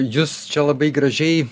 jūs čia labai gražiai